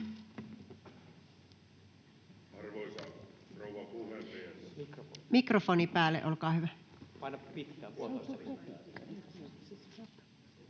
Mikrofoni päälle, olkaa hyvä.